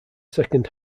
second